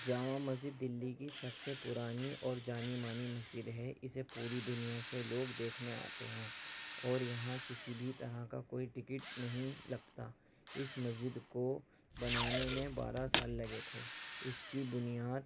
جامع مسج دلی کی سب سے پرانی اور جانی مانی مسجد ہے اسے پوری دنیا سے لوگ دیکھنے آتے ہیں اور یہاں کسی بھی طرح کا کوئی ٹکٹ نہیں لگتا اس مسجد کو بنانے میں بارہ سال لگے تھے اس کی بنیاد